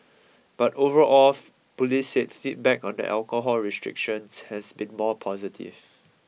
but overall of police said feedback on the alcohol restrictions has been more positive